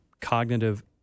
cognitive